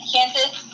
Kansas